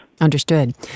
Understood